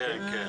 כן.